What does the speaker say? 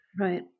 right